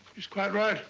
she's quite right.